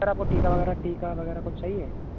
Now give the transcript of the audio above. sir आपको टीका वगैरह टीका वगैरह कुछ चाहिए